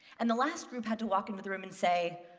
and the last group had to walk into the room and say,